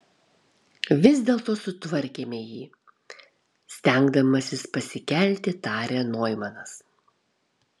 vis dėlto sutvarkėme jį stengdamasis pasikelti tarė noimanas